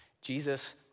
Jesus